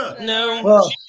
No